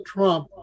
Trump